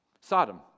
Sodom